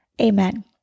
Amen